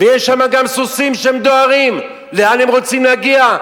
ויש שם גם סוסים שדוהרים, לאן הם רוצים להגיע?